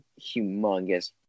humongous